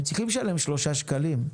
הם צריכים לשלם שלושה שקלים,